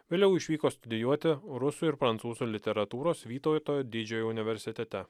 vėliau išvyko studijuoti rusų ir prancūzų literatūros vytauto didžiojo universitete